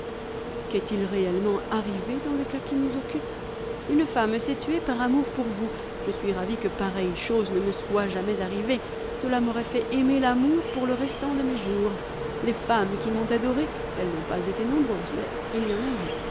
qu'est-il réellement arrivé dans le cas qui nous occupe une femme s'est tuée par amour pour vous je suis ravi que pareille chose ne me soit jamais arrivé cela m'aurait fait aimer l'amour pour le restant de mes jours les femmes qui m'ont adoré elles n'ont pas été nombreuses mais il y en a eu